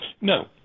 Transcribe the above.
No